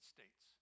States